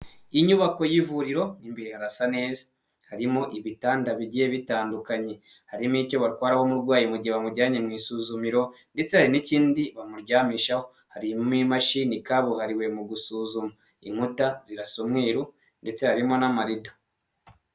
Inyubako y'ivuriro imbere hasa neza, harimo ibitanda bigiye bitandukanye harimo icyo batwararaho umuumurwayi gihe bamujyanye mu isuzumiro ndetse hari n'ikindi bamuryamishaho, hari n'imashini kabuhariwe mu gusuzuma, inkuta zirasa umweru ndetse harimo n'amarido.